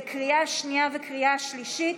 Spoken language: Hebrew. בקריאה שנייה ובקריאה שלישית.